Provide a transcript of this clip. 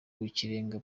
rw’ikirenga